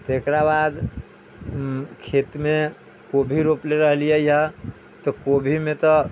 तेकरा बाद खेत मे कोबी रोपले रहली यऽ तऽ कोबी मे तऽ